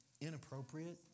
inappropriate